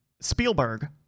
Spielberg